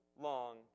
long